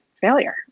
failure